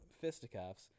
fisticuffs